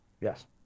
yes